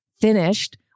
finished